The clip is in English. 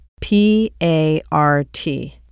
P-A-R-T